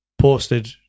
posted